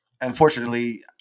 Unfortunately